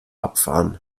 abfahren